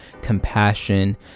compassion